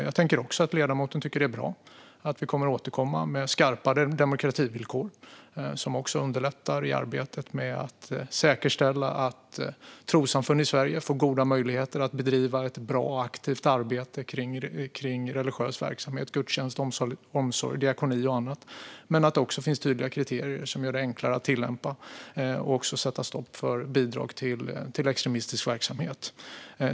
Jag tänker också att ledamoten tycker att det är bra att vi ska återkomma med skarpare demokrativillkor, som också underlättar arbetet med att säkerställa att trossamfund i Sverige får goda möjligheter att bedriva ett bra och aktivt arbete med religiös verksamhet, gudstjänster, omsorg, diakoni och så vidare. Men det ska finnas tydliga kriterier som gör det enklare att tillämpa regler och sätta stopp för bidrag till extremistisk verksamhet.